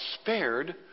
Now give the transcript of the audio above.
spared